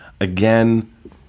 again